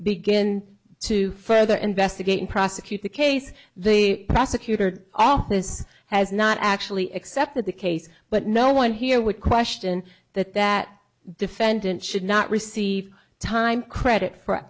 begin to further investigate and prosecute the case the prosecutor's office has not actually except that the case but no one here would question that that defendant should not receive time credit for